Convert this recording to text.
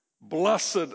Blessed